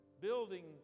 building